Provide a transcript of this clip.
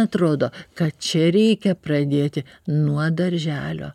atrodo kad čia reikia pradėti nuo darželio